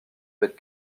bêtes